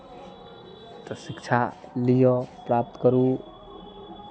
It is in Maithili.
तऽ शिक्षा लिअ प्राप्त करू